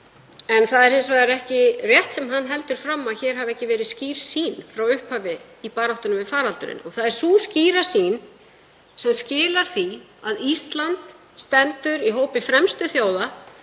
Það er hins vegar ekki rétt sem hann heldur fram, að hér hafi ekki verið skýr sýn frá upphafi í baráttunni við faraldurinn. Það er sú skýra sýn sem skilar því að Ísland stendur í hópi fremstu þjóða